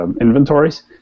inventories